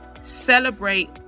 celebrate